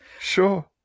Sure